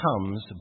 comes